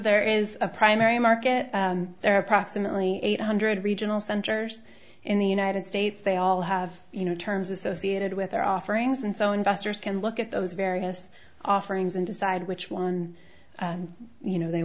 there is a primary market and there are approximately eight hundred regional centers in the united states they all have you know terms associated with their offerings and so investors can look at those various offerings and decide which one you know they